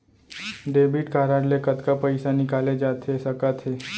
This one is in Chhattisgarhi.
डेबिट कारड ले कतका पइसा निकाले जाथे सकत हे?